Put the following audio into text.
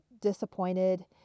disappointed